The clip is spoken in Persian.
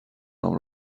نام